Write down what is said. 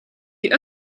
die